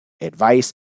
advice